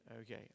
Okay